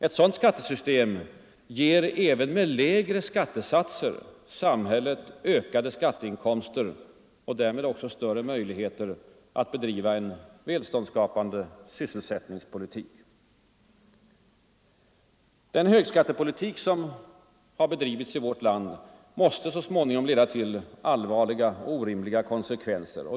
Ett sådant skattesystem ger även med lägre skattesatser sam hället ökade skatteinkomster och därmed också större möjligheter att bedriva en välståndsskapande sysselsättningspolitik. Den högskattepolitik som har bedrivits i vårt land måste så småningom leda till allvarliga och orimliga konsekvenser.